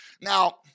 Now